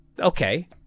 okay